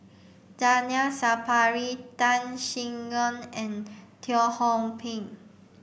Zainal Sapari Tan Sin Aun and Teo Ho Pin